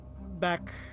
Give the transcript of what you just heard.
Back